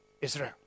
Israel